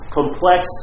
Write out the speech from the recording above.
complex